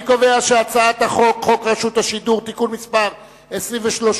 אני קובע שהצעת חוק רשות השידור (תיקון מס' 23),